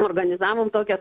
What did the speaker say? organizavom tokią